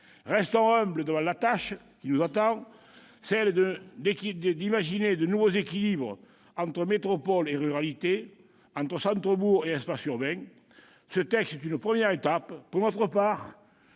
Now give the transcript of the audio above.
Restons humbles devant la tâche qui nous attend, celle d'imaginer de nouveaux équilibres entre métropoles et ruralités, entre centres-bourgs et espaces périurbains. Ce texte est une première étape. Pour notre part-